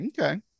Okay